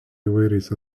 įvairiais